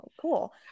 cool